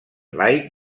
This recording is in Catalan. laic